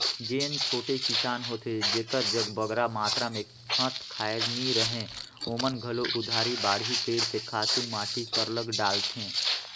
जेन छोटे किसान होथे जेकर जग बगरा मातरा में खंत खाएर नी रहें ओमन घलो उधारी बाड़ही कइर के खातू माटी सरलग डालथें